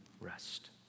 rest